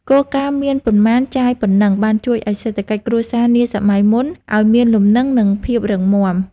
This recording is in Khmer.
គោលការណ៍មានប៉ុន្មានចាយប៉ុណ្ណឹងបានជួយឱ្យសេដ្ឋកិច្ចគ្រួសារនាសម័យមុនឱ្យមានលំនឹងនិងភាពរឹងមាំ។